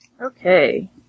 Okay